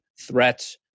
threats